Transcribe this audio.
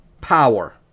power